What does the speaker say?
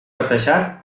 batejat